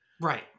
Right